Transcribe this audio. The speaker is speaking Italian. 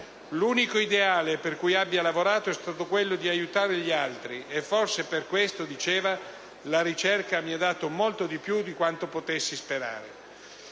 «L'unico ideale per cui abbia lavorato è stato quello di aiutare gli altri e forse per questo» - diceva - «la ricerca mi ha dato molto di più di quanto potessi sperare».